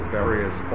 various